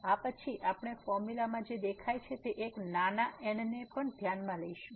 આ પછી આપણે ફોર્મ્યુલા માં જે દેખાય છે તે એક નાના n ને પણ ધ્યાનમાં લઈશું